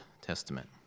Testament